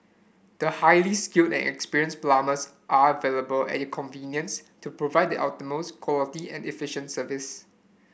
the highly skilled and experienced plumbers are available at your convenience to provide the utmost quality and efficient service